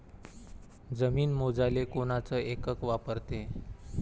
जमीन मोजाले कोनचं एकक वापरते?